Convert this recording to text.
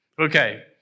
Okay